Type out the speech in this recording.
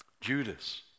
Judas